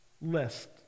list